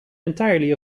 entirely